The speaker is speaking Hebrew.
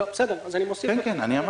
בסדר, אני מוסיף אתכם.